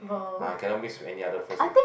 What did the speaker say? ah cannot mix with any other fruits ah